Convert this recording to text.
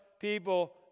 people